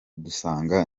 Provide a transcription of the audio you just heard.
dusanga